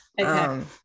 Okay